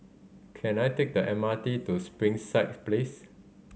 can I take the M R T to Springside Place